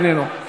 איננו,